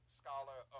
scholar